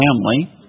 family